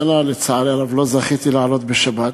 השנה, לצערי הרב, לא זכיתי לעלות בשבת,